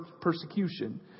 persecution